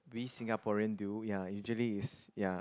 we Singaporean do ya usually is ya